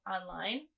online